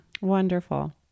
Wonderful